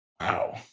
Wow